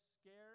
scared